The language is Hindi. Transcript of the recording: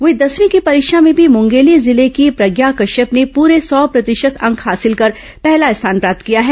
वहीं दसवीं की परीक्षा में भी मुंगेली जिले की प्रज्ञा कश्यप ने पूरे सौ प्रतिशत अंक हासिल कर पहला स्थान प्राप्त किया है